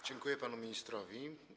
Dziękuję panu ministrowi.